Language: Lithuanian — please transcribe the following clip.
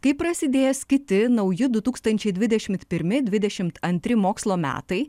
kai prasidėjęs kiti nauji dvidešimt pirmi dvidešimt antri mokslo metai